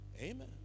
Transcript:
Amen